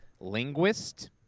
Linguist